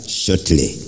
shortly